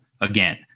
again